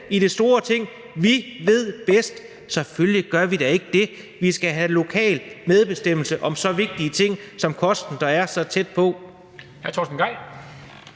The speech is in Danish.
i det store Ting ved bedst. Selvfølgelig gør vi da ikke det. Vi skal have lokal medbestemmelse om så vigtige ting som kosten, der er så tæt på.